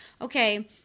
okay